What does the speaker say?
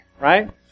right